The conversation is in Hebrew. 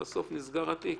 ובסוף נסגר התיק,